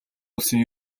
улсын